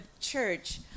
church